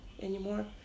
anymore